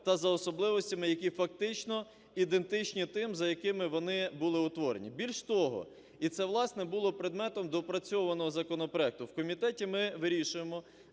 та за особливостями, які фактично ідентичні тим, за якими вони були утворені. Більше того, і це, власне, було предметом доопрацьованого законопроекту, в комітеті ми вирішуємо